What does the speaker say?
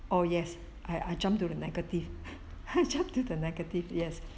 oh yes I I jumped to the negative jump to the negative yes